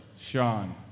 Sean